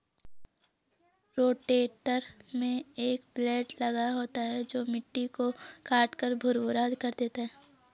rotator में एक blade लगा होता है जो मिट्टी को काटकर भुरभुरा कर देता है